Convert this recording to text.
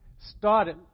started